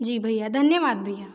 जी भैया धन्यवाद भैया